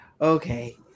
Okay